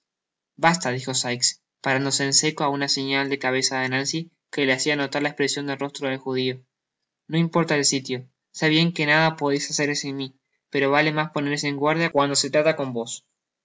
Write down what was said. basta dijo sikes parándose en seco á una señal de cabeza de nancy que le hacia notar la expresion del rostro del judiono importa el sitio se bien que nada podeis hacer sin mi pero vale mas ponerse en guardia cuando se trata con vos